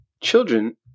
Children